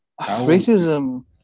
Racism